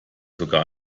sogar